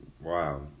wow